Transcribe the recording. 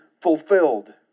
fulfilled